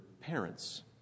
parents